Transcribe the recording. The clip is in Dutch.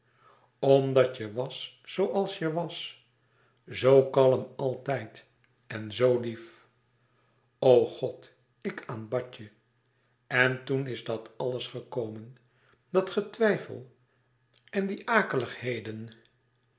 omdat je was zooals je was zoo kalm altijd en zoo lief o god ik aanbad je en toen is dat alles gekomen dat getwijfel en die